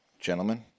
Gentlemen